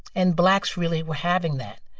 and blacks really were having that.